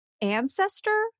ancestor